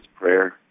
prayer